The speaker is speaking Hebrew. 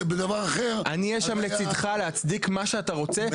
אחר אז --- אני אהיה שם לצדך להצדיק מה שאתה רוצה,